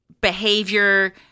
behavior